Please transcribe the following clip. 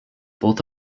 both